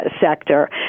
sector